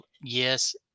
yes